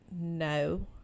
no